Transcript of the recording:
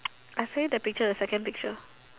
I send you the picture the second picture